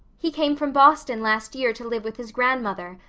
he came from boston last year to live with his grandmother,